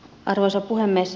arvoisa puhemies